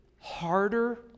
harder